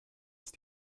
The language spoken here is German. ist